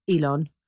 Elon